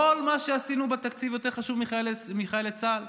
כל מה שעשינו בתקציב יותר חשוב מחיילי צה"ל?